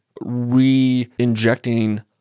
re-injecting